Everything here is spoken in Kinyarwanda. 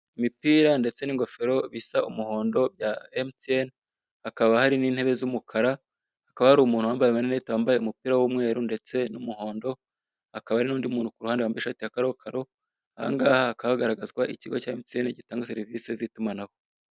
Imipira ndetse n'ingofero bisa umuhondo bya Mtn, hakaba hari n'intebe z'umukara, hakaba hari umuntu wambaye amarinete wambaye umupira w'umweru ndetse n'umuhondo, hakaba hari n'undi muntu kuruhande wambaye ishati ya karokaro, aha ngaha hakaba hagaragazwa ikigo cya Mtn gitanga serivise z'itumanaho.